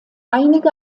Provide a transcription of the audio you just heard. einige